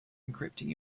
encrypting